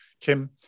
Kim